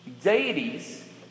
deities